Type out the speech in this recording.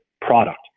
product